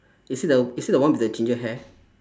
is he the is he the one with the ginger hair